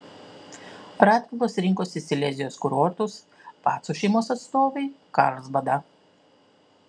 radvilos rinkosi silezijos kurortus pacų šeimos atstovai karlsbadą